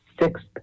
sixth